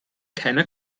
keiner